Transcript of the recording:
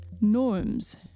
norms